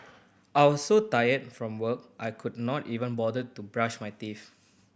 I was so tired from work I could not even bother to brush my teeth